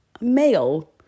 male